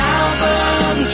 album